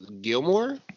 Gilmore